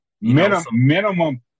Minimum